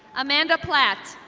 amanda plat.